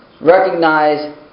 recognize